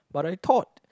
what I thought